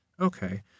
okay